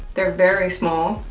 they're very small,